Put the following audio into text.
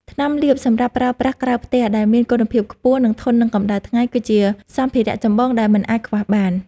ថ្នាំលាបសម្រាប់ប្រើប្រាស់ក្រៅផ្ទះ ដែលមានគុណភាពខ្ពស់ និងធន់នឹងកម្ដៅថ្ងៃ គឺជាសម្ភារៈចម្បងដែលមិនអាចខ្វះបាន។